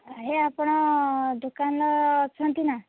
ଭାଇ ଆପଣ ଦୋକାନରେ ଅଛନ୍ତି ନା